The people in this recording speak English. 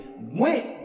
Went